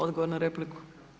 Odgovor na repliku.